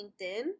LinkedIn